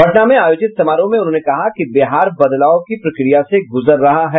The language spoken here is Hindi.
पटना में आयोजित समारोह में उन्होंने कहा कि बिहार बदलाव की प्रक्रिया से गुजर रहा है